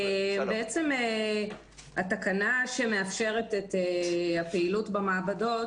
התקנה שמאפשרת את הפעילות במעבדות,